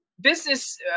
business